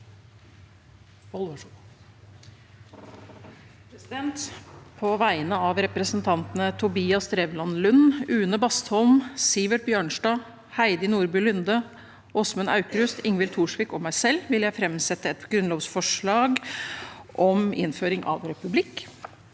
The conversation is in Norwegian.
På vegne av represen- tantene Tobias Drevland Lund, Une Bastholm, Sivert Bjørnstad, Heidi Nordby Lunde, Åsmund Aukrust, Ingvild Wetrhus Thorsvik og meg selv vil jeg framsette et grunnlovsforslag om endring i